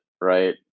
right